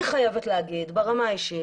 ברמה האישית,